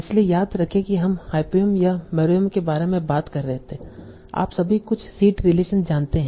इसलिए याद रखें कि हम हायपोंयम या मेरोंय्म के बारे में बात कर रहे थे आप सभी कुछ सीड रिलेशन जानते हैं